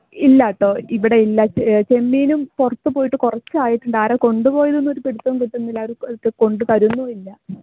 ഇല്ല കേട്ടോ ഇവിടെയില്ല ചെമ്മീനും പുറത്ത് പോയിട്ട് കുറച്ചായിട്ടുണ്ട് ആരാണ് കൊണ്ടുപോയത് എന്നൊരു പിടിത്തവും കിട്ടുന്നില്ല അവർ കൊണ്ട് തരുന്നുമില്ല